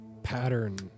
pattern